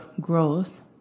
growth